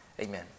Amen